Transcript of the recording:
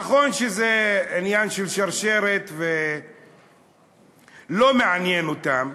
נכון שזה עניין של שרשרת, ולא מעניין אותם.